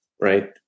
Right